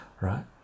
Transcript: right